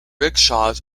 rickshaws